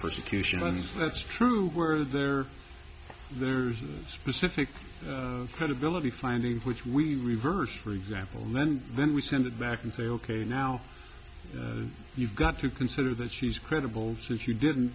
persecution and that's true where there there's a specific credibility finding which we reverse for example and then we send it back and say ok now you've got to consider that she's credible that you didn't